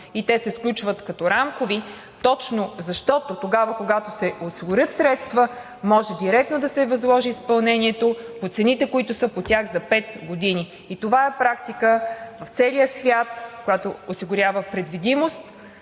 Те се сключват като рамкови точно защото тогава, когато се осигурят средства, може директно да се възложи изпълнението по цените, които са по тях, за пет години. Това е практика в целия свят, която осигурява предвидимост